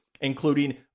including